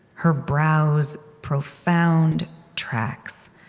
her brow's profound tracks,